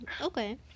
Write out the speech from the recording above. okay